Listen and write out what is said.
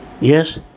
yes